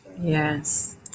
yes